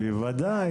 בוודאי,